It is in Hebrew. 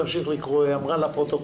מוסך שהיו לו 30 עובדים בינואר,